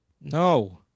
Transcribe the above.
No